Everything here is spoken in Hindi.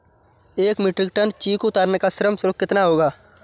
एक मीट्रिक टन चीकू उतारने का श्रम शुल्क कितना होगा?